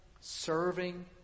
serving